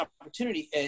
opportunity